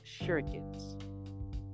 shurikens